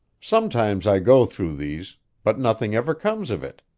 sometimes i go through these but nothing ever comes of it.